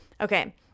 okay